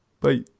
Bye